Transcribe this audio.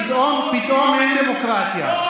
פתאום, פתאום אין דמוקרטיה.